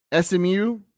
SMU